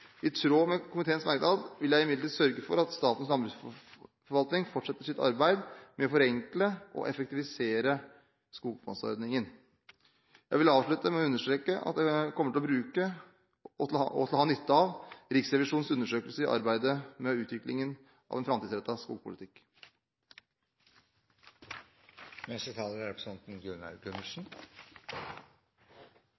I tråd med komiteens merknad vil jeg imidlertid sørge for at Statens landbruksforvaltning fortsetter sitt arbeid med å forenkle og effektivisere skogfondsordningen. Jeg vil avslutte med å understreke at jeg kommer til å bruke og ha nytte av Riksrevisjonens undersøkelse i arbeidet med utviklingen av en framtidsrettet skogpolitikk. Det er